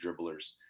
dribblers